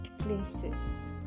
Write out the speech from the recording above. places